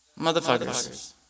motherfuckers